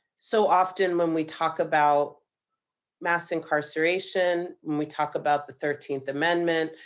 so often when we talk about mass incarceration, when we talk about the thirteenth amendment,